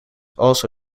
also